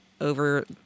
over